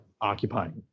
occupying